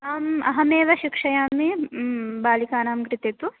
आम् अहमेव शिक्षयामि बालिकानां कृते तु